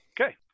Okay